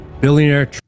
Billionaire